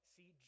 See